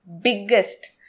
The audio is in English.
Biggest